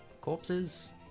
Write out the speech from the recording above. corpses